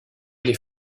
les